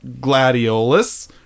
gladiolus